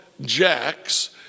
jacks